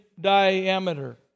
diameter